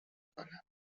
pala